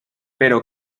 pero